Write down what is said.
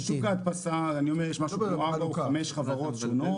בשוק ההדפסה, יש משהו כמו חמש חברות שונות.